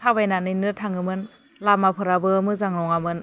थाबायनानैनो थाङोमोन लामाफोराबो मोजां नङामोन